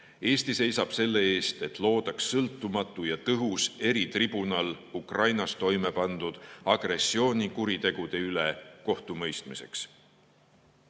Eesti seisab selle eest, et loodaks sõltumatu ja tõhus eritribunal Ukrainas toimepandud agressioonikuritegude üle kohtumõistmiseks. Euroopa